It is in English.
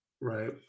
Right